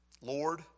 Lord